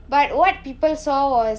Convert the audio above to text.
but what people saw was